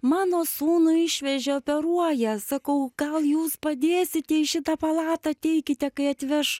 mano sūnų išvežė operuoja sakau gal jūs padėsite į šitą palatą ateikite kai atveš